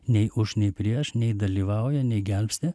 nei už nei prieš nei dalyvauja nei gelbsti